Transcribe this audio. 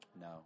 No